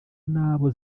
n’abo